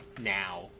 now